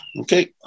Okay